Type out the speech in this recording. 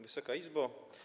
Wysoka Izbo!